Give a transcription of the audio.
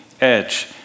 edge